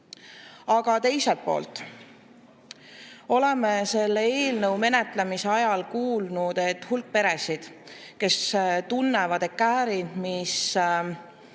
Aga teiselt poolt oleme selle eelnõu menetlemise ajal kuulnud, et hulk peresid tunnevad, et käärid, mis